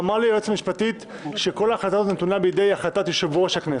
אמרה לי היועצת המשפטית שכל ההחלטה הזאת נתונה בידי יושב-ראש הכנסת.